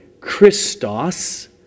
Christos